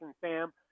Sam